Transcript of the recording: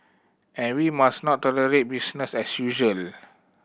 and we must not tolerate business as usual